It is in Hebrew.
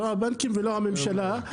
לא הבנקים ולא הממשלה.